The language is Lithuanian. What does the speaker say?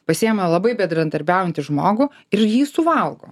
pasiėmę labai bendradarbiaujantį žmogų ir jį suvalgo